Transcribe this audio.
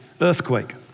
earthquake